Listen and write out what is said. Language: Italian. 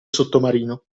sottomarino